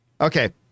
Okay